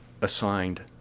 assigned